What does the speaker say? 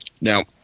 Now